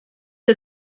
are